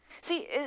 See